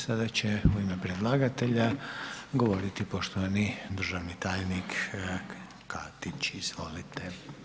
Sada će u ime predlagatelja govoriti poštovani državni tajnik Katić, izvolite.